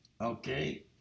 Okay